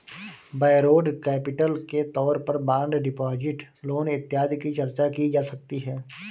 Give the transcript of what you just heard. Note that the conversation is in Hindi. बौरोड कैपिटल के तौर पर बॉन्ड डिपॉजिट लोन इत्यादि की चर्चा की जा सकती है